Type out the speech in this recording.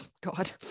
god